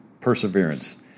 Perseverance